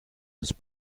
his